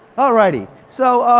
alrighty. so